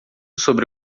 sobre